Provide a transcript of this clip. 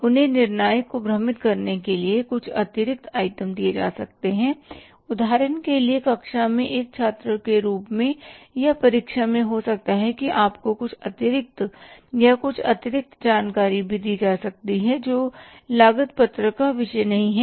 उन्हें निर्णायक को भ्रमित करने के लिए कुछ अतिरिक्त आइटम दिए जा सकते हैं उदाहरण के लिए कक्षा में एक छात्र के रूप में या परीक्षा में हो सकता हैं आपको कुछ अतिरिक्त या कुछ अतिरिक्त जानकारी भी दी जा सकती है जो लागत पत्र का विषय नहीं है